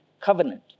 covenant